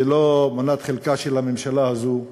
זה לא מנת חלקה של הממשלה הזאת בלבד,